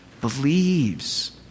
believes